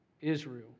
Israel